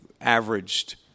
averaged